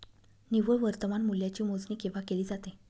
निव्वळ वर्तमान मूल्याची मोजणी केव्हा केली जाते?